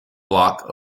block